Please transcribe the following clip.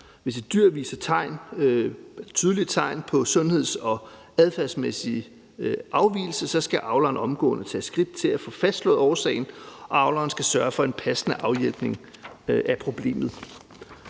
Hvis et dyr viser tydelige tegn på sundheds- og adfærdsmæssige afvigelser, skal avleren omgående tage skridt til at få fastslået årsagen, og avleren skal sørge for en passende afhjælpning af problemet.